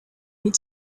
meet